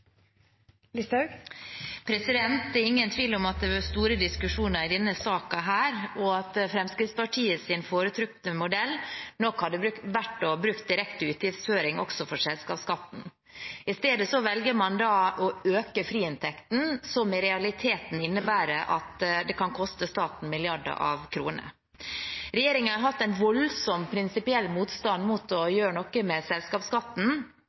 ingen tvil om at det har vært store diskusjoner i denne saken, og at Fremskrittspartiets foretrukne modell nok hadde vært å bruke direkte utgiftsføring også for selskapsskatten. I stedet velger man å øke friinntekten, som i realiteten innebærer at det kan koste staten milliarder av kroner. Regjeringen har hatt en voldsom prinsipiell motstand mot å gjøre noe med selskapsskatten,